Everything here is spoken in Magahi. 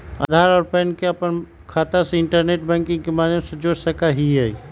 आधार और पैन के अपन खाता से इंटरनेट बैंकिंग के माध्यम से जोड़ सका हियी